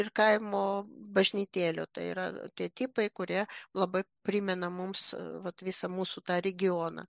ir kaimo bažnytėlių tai yra tie tipai kurie labai primena mums vat visą mūsų tą regioną